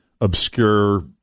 obscure